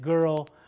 girl